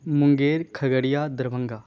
Munger Khagaria Darbhanga